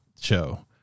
show